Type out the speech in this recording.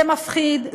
זה מפחיד,